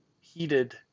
heated